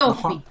יופי.